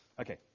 okay